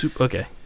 Okay